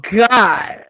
god